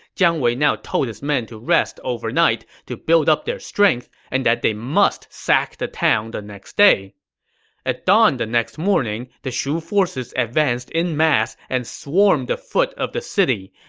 jiang wei now told his men to rest overnight to build up their strength, and that they must sack the town the next day at dawn the next morning, the shu forces advanced en masse and swarmed the foot of the city.